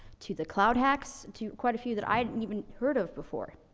to the cloud hacks, to quite a few that i hadn't even heard of before.